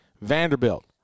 Vanderbilt